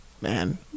Man